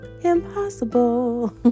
Impossible